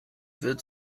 wird